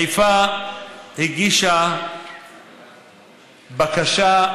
חיפה הגישה בקשה,